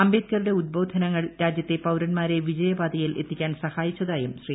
അംബേദ്കറുടെ ഉദ്ബോധനങ്ങൾ രാജ്യത്തെ പൌരൻമാരെ വിജയപാതയിൽ എത്തിക്കാൻ സഹായിച്ചതായും ശ്രീ